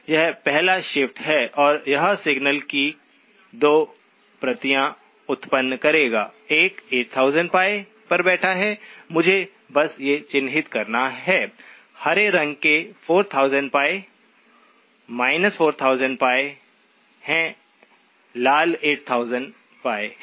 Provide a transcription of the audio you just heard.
यह पहला शिफ्ट है और यह सिग्नल की 2 प्रतियां उत्पन्न करेगा एक 8000 π पर बैठा है मुझे बस ये चिन्हित करना है हरे रंग के 4000π 4000π हैं लाल 8000π है